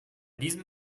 diesem